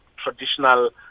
traditional